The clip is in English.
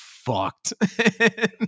fucked